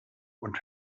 und